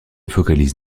focalise